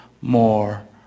more